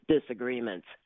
disagreements